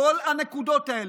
כל הנקודות האלה.